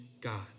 God